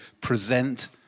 present